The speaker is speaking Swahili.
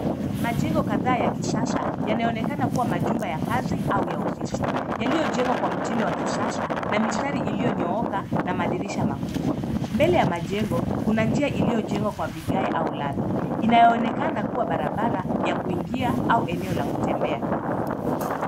Majengo kadhaa ya kisasa yanaonekana kuwa majumba ya kazi au ya ofisi yaliyojengwa kwa mtindo wa kisasa na mistari iliyonyooka na madirisha makubwa. Mbele ya majengo kuna njia iliyojengwa kwa vigae au lami inayoonekana kuwa barabara ya kuingia au eneo la kutembea.